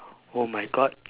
oh my god